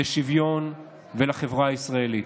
לשוויון ולחברה הישראלית.